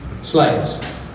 slaves